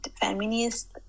feminist